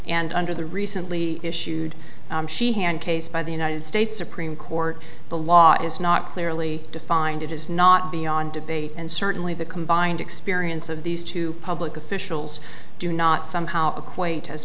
and under the recently issued she hand case by the united states supreme court the law is not clearly defined it is not beyond debate and certainly the combined experience of these two public officials do not somehow equate as